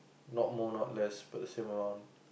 not more not less but the same amount